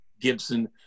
Gibson